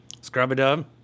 Scrub-a-dub